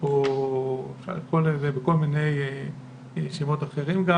או אפשר לקרוא לזה בכל מיני שמות אחרים גם